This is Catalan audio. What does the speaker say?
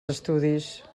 estudis